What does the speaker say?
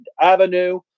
Avenue